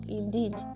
indeed